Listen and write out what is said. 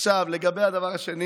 עכשיו, לגבי הדבר השני